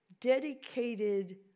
Dedicated